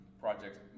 projects